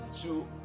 two